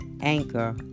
Anchor